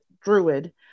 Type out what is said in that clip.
druid